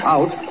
Out